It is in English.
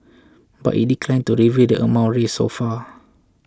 but it declined to reveal the amount raised so far